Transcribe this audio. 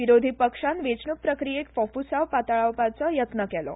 विरोधी पक्षान वेचणूक प्रक्रियेक फोफुसांव पाताळावपाचो यत्न केलो